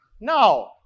No